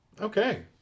Okay